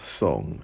song